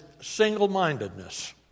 single-mindedness